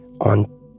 on